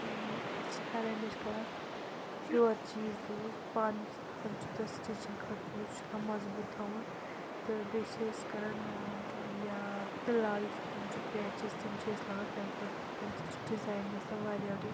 أسۍ چھِ ہَرہَمیشہٕ کَران پیور چیٖز یوٗز پَن یُس آسان چھُ تَتھ سٹِچِنٛگ خٲطرٕ یُس چھُ تَتھ مضبوٗط تھاوُن تہٕ بیٚیہِ چھِ أسۍ کَران ٲں یا تِلا یُس آسان چھُ پیچز تِم چھِ أسۍ لَگَن تَمہِ خٲطرٕ تَمہِ سۭتۍ چھُ ڈِزایِن گَژھان واریاہ رُت